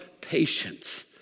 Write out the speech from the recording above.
patience